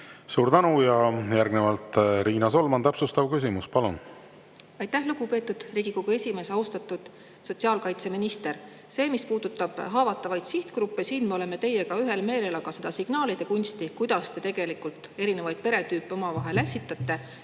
Suur tänu! Järgnevalt Riina Solman, täpsustav küsimus. Palun! Aitäh, lugupeetud Riigikogu esimees! Austatud sotsiaalkaitseminister! Mis puudutab haavatavaid sihtgruppe, siis siin me oleme teiega ühel meelel, aga seda signaalide kunsti, kuidas te tegelikult eri peretüüpe üksteise